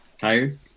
Tired